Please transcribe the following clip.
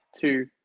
two